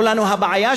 והם אמרו,